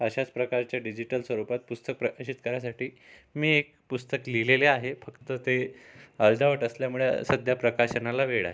अशाच प्रकारच्या डिजिटल स्वरूपात पुस्तक प्रकाशित करासाठी मी एक पुस्तक लिहिलेले आहे फक्त ते अर्धवट असल्यामुळे सध्या प्रकाशनाला वेळ आहे